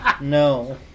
no